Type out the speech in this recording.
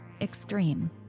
extreme